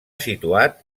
situat